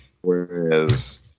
Whereas